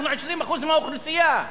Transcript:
אנחנו 20% מהאוכלוסייה.